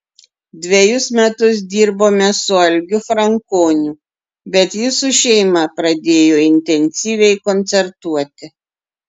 dvejus metus dirbome su algiu frankoniu bet jis su šeima pradėjo intensyviai koncertuoti